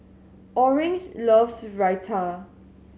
Orange loves Raita